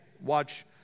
Watch